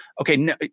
okay